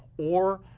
or,